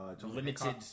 Limited